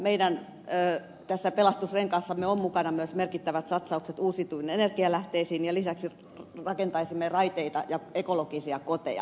meidän pelastusrenkaassamme on mukana myös merkittävät satsaukset uusiutuviin energialähteisiin ja lisäksi rakentaisimme raiteita ja ekologisia koteja